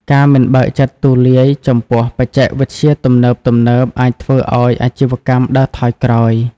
ការមិនបើកចិត្តទូលាយចំពោះបច្ចេកវិទ្យាទំនើបៗអាចធ្វើឱ្យអាជីវកម្មដើរថយក្រោយ។